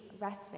respite